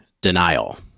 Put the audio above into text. Denial